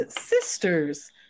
sisters